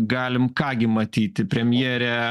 galim ką gi matyti premjerė